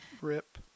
Rip